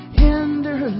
hinder